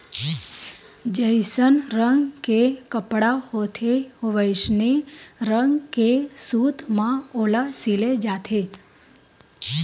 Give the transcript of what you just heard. जइसन रंग के कपड़ा होथे वइसने रंग के सूत म ओला सिले जाथे